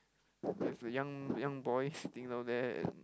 there's a young young boy sitting down there and